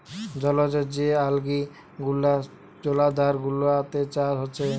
জলজ যে অ্যালগি গুলা জলাধার গুলাতে চাষ হচ্ছে